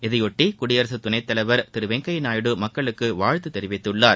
இதையொட்டி குடியரசு துணைத் தலைவர் திரு வெங்கய்ய நாயுடு மக்களுக்கு வாழ்த்து தெரிவித்துள்ளார்